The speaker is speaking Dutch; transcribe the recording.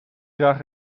draag